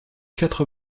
quatre